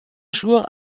jour